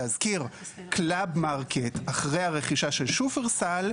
אחרי שקלאבמרקט נרכשה על ידי שופרסל,